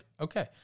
okay